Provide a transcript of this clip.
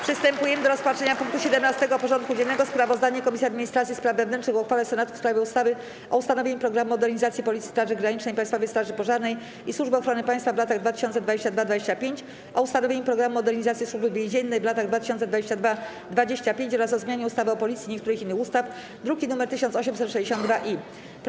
Przystępujemy do rozpatrzenia punktu 17. porządku dziennego: Sprawozdanie Komisji Administracji i Spraw Wewnętrznych o uchwale Senatu w sprawie ustawy o ustanowieniu „Programu modernizacji Policji, Straży Granicznej, Państwowej Straży Pożarnej i Służby Ochrony Państwa w latach 2022-2025”, o ustanowieniu „Programu Modernizacji Służby Więziennej w latach 2022-2025” oraz o zmianie ustawy o Policji i niektórych innych ustaw (druki nr 1862 i 1885)